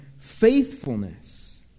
faithfulness